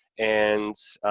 and